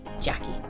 Jackie